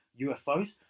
UFOs